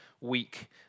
week